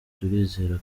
turizera